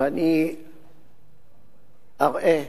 ואני אראה,